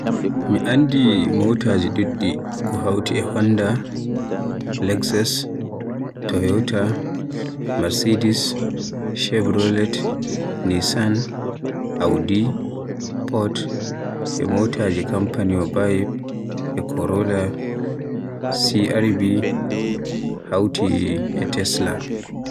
Mi anndi motaaji ɗuɗɗi ko hawti e Honda, Lexus, Toyota, Mercedes, Chevrolet, Nissan, Audi, Ford, e motaaji kanfaniwa Vibe, e Corolla, CRV hawti e Tesla.